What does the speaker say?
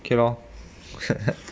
okay lor